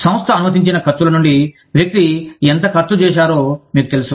సంస్థ అనుమతించిన ఖర్చుల నుండి వ్యక్తి ఎంత ఖర్చు చేశారో మీకు తెలుసు